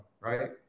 right